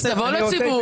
אין חוק כזה.